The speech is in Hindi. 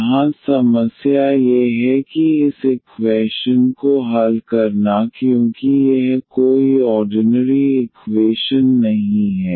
यहाँ समस्या ये है कि इस इक्वैशन को हल करना क्योंकि यह कोई आडिनरी इक्वेशन नहीं है